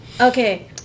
okay